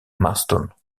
maston